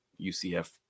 UCF